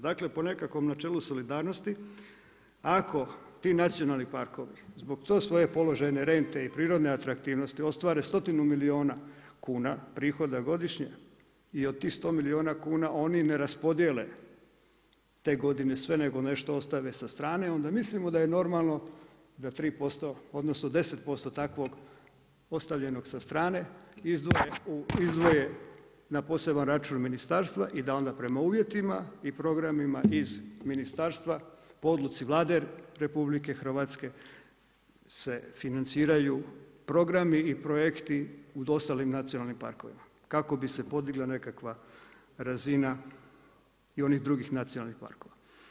Dakle, po nekakvom načelu solidarnosti, ako ti nacionalni parkovi, zbog te svoje položajne rente i prirodne atraktivnosti ostvare stotinu milijuna kuna prihoda godišnje i od tih sto milijuna kuna oni ne raspodjele te godine sve nego nešto ostave sa strane, onda mislimo da je normalno da 3% odnosno 10% takvog ostavljenog sa strane, izdvoje na poseban račun ministarstva i da onda prema uvjetima i programima iz ministarstva po odluci Vlade RH se financiraju programi i projekti u ostalim nacionalnim parkovima kako bi se podigla nekakva razina i onih drugih nacionalnih parkova.